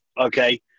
Okay